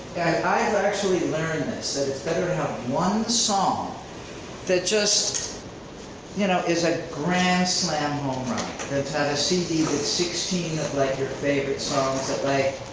i've actually learned this. that it's better to have one song that just you know is a grand slam home run, that's had a cd with sixteen of like your favorite songs that like.